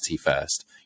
first